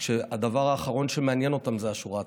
כשהדבר האחרון שמעניין אותם זה השורה התחתונה.